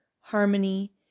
harmony